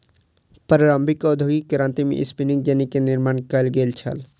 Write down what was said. प्रारंभिक औद्योगिक क्रांति में स्पिनिंग जेनी के निर्माण कयल गेल छल